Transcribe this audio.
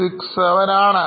67 ആണ്